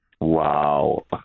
Wow